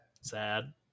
Sad